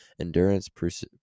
Endurance